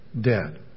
dead